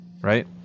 right